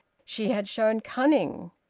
she had shown cunning!